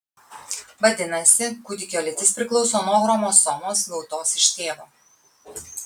vadinasi kūdikio lytis priklauso nuo chromosomos gautos iš tėvo